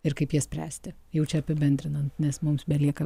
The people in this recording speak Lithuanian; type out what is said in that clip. ir kaip jas spręsti jau čia apibendrinant nes mums belieka